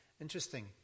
Interesting